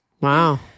Wow